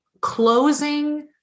closing